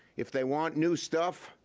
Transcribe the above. if they want new stuff,